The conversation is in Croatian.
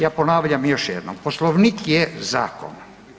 Ja ponavljam još jednom, Poslovnik je zakon.